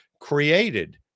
created